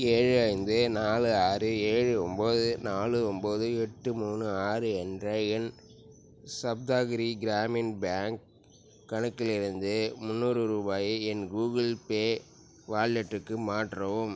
ஏழு ஐந்து நாலு ஆறு ஏழு ஒம்பது நாலு ஒம்பது எட்டு மூணு ஆறு என்ற என் சப்தகிரி கிராமின் பேங்க் கணக்கிலிருந்து முந்நூறு ரூபாயை என் கூகுள் பே வாலெட்டுக்கு மாற்றவும்